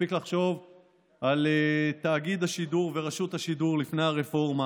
מספיק לחשוב על תאגיד השידור ורשות השידור לפני הרפורמה,